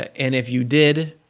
and if you did,